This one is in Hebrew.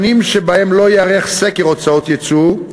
שנים שבהן לא ייערך סקר הוצאות ייצור,